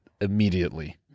immediately